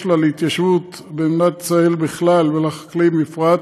לה להתיישבות במדינת ישראל בכלל ולחקלאים בפרט,